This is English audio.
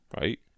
right